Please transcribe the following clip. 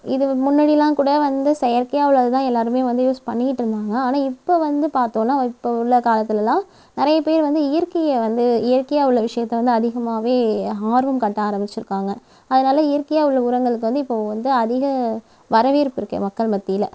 இது முன்னாடிலாம் கூட வந்து செயற்கையாக உள்ளது தான் எல்லாரும் வந்து யூஸ் பண்ணியிட்டுருந்தாங்க ஆனால் இப்போது வந்து பார்த்தோன்னா வ இப்போது உள்ள காலத்துலெலாம் நிறைய பேர் வந்து இயற்கை வந்து இயற்கையாக உள்ள விஷயத்தை வந்து அதிகமாக ஆர்வம் காட்ட ஆரம்பிச்சிருக்காங்க அதனால இயற்கையாக உள்ள உரங்கள்க்கு வந்து இப்போது வந்து அதிக வரவேற்பியிருக்கு மக்கள் மத்தியில்